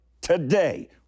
today